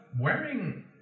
Wearing